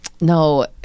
No